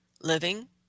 living